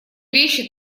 вещи